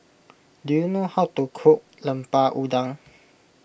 do you know how to cook Lemper Udang